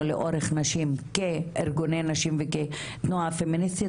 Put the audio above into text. לאורך שנים כארגוני נשים וכתנועה פמיניסטית,